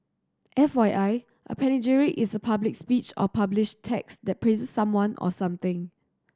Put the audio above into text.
F Y I a panegyric is a public speech or published text that praises someone or something